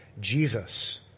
Jesus